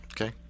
Okay